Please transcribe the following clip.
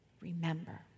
Remember